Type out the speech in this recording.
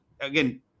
again